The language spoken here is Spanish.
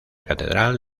catedral